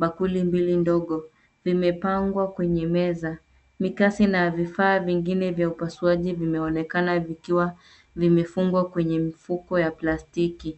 bakuli mbili ndogo vimepangwa kwenye meza. Mikasi na vifaa vingine vya upasuaji vimeonekana vikiwa vimefungwa kwenye mifuko ya plastiki